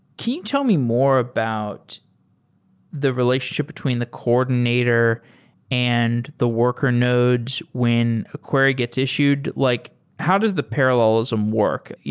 can you tell me more about the relationship between the coordinator and the worker nodes when a query gets issued? like how does the parallelism work?